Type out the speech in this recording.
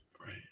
Right